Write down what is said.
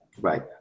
right